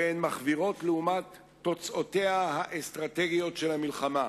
הרי הן מחווירות לעומת תוצאותיה האסטרטגיות של המלחמה.